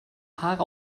haare